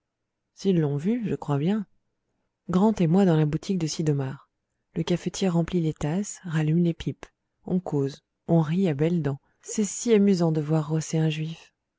s'ils l'ont vu je crois bien grand émoi dans la boutique de sid'omar le cafetier remplit les tasses rallume les pipes on cause on rit à belles dents c'est si amusant de voir rosser un juif